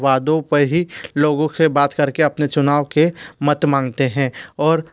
वादों पर ही लोगों से बात कर के अपने चुनाव के मत मांगते हैं और